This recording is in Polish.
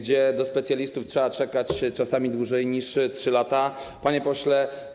Do specjalistów trzeba czekać czasami dłużej niż 3 lata, panie pośle.